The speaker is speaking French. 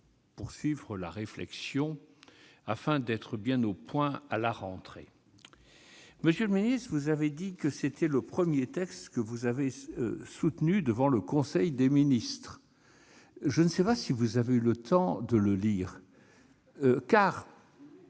poursuivre la réflexion et être parfaitement au point à la rentrée. Monsieur le ministre, vous avez dit qu'il s'agissait du premier texte que vous souteniez devant le conseil des ministres. Je ne sais pas si vous avez eu le temps de le lire ...